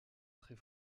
très